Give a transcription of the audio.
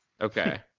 okay